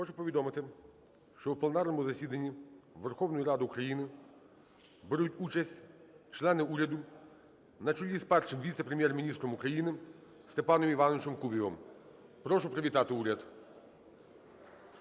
Хочу повідомити, що в пленарному засіданні Верховної Ради України беруть участь члени уряду на чолі з Першим віце-прем'єр-міністром України Степаном Івановичем Кубівим. Прошу привітати уряд.